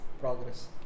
progress